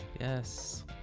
Yes